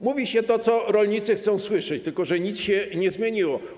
Mówi się to, co rolnicy chcą słyszeć, tylko że nic się nie zmieniło.